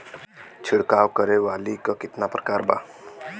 छिड़काव करे वाली क कितना प्रकार बा?